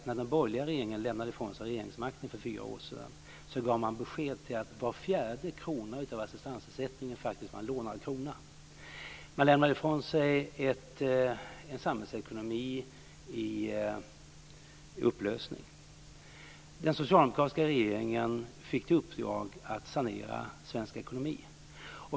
När den sedan lämnade ifrån sig regeringsmakten för fyra år sedan gav man besked om att var fjärde krona av assistansersättningen faktiskt var en lånad krona. Man lämnade ifrån sig en samhällsekonomi i upplösning. Den socialdemokratiska regeringen fick i uppdrag att sanera svensk ekonomi.